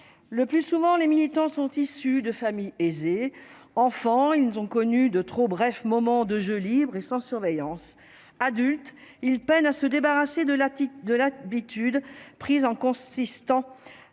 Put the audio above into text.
le plus souvent, les militants sont issus de familles aisées, enfant, ils ont connu de trop bref moment de jeu libre et sans surveillance adulte, il peine à se débarrasser de l'attitude de la biture prise en consistant